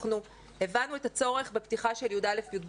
אנחנו הבנו את הצורך בפתיחה של י"א-י"ב,